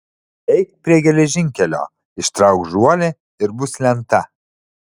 eik prie geležinkelio ištrauk žuolį ir bus lenta